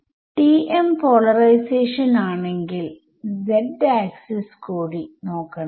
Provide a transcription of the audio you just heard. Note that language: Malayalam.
TM പോളറൈസേഷൻ ആണെങ്കിൽ z ആക്സിസ് കൂടി നോക്കണം